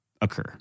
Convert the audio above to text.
occur